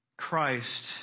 Christ